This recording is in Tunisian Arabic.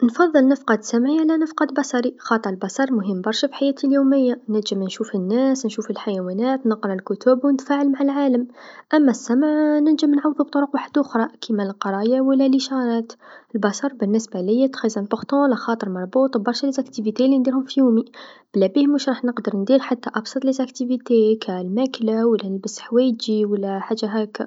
نفضل نفقد سمعي على نفقد بصري، خاطر البصرمهم برشا في الحياتي اليوميه، نجم نشوف الناس نشوف الحيوانات، نقرا الكتب و نتفاعل مع العالم، أما السمع نجم نعوضو بطرق وحدخرا كيما القرايه و لا الإشارات، البصر بالنسبه ليا مهم جدا خاطر مربوط ب برشا فعاليات لنديرهم في يومي، بلا بيه مراحش نقدر ندير حتى أبسط الأشغال الماكله و لا نلبس حوايجي و لا حاجه هاكا.